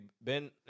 Ben